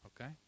Okay